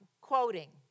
quoting